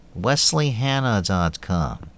Wesleyhanna.com